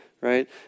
right